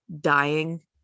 dying